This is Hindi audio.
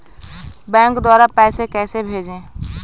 बैंक द्वारा पैसे कैसे भेजें?